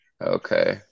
Okay